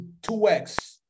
2X